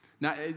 Now